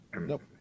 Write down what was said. Nope